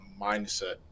mindset